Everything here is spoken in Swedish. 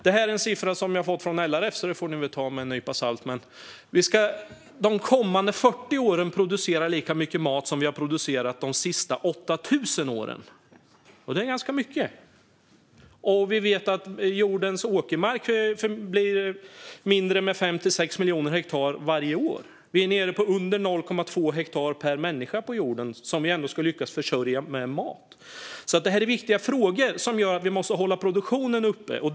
Det här är en siffra som jag har fått från LRF, så den får ni väl ta med en nypa salt, men vi ska de kommande 40 åren producera lika mycket mat som vi har producerat de senaste 8 000 åren, och det är ganska mycket. Och vi vet att jordens åkermark minskar med 5-6 miljoner hektar varje år. Vi är nere på under 0,2 hektar per människa på jorden som vi ändå ska lyckas försörja med mat. Det här är viktiga frågor för att hålla produktionen uppe.